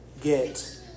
get